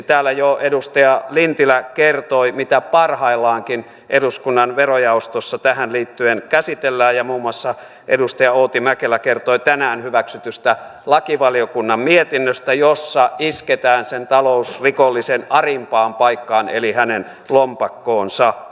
täällä jo edustaja lintilä kertoi mitä parhaillaankin eduskunnan verojaostossa tähän liittyen käsitellään ja muun muassa edustaja outi mäkelä kertoi tänään hyväksytystä lakivaliokunnan mietinnöstä jossa isketään talousrikollisen arimpaan paikkaan eli hänen lompakkoonsa